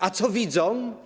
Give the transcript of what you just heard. A co widzą?